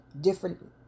different